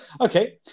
okay